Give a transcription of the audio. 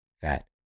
fat